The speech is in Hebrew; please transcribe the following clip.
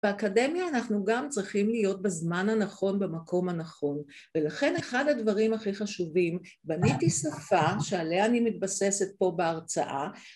באקדמיה אנחנו גם צריכים להיות בזמן הנכון, במקום הנכון. ולכן אחד הדברים הכי חשובים: בניתי שפה שעליה אני מתבססת פה בהרצאה...